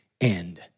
end